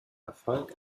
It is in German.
erfolg